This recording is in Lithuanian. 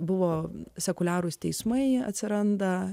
buvo sekuliarūs teismai atsiranda